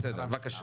בבקשה.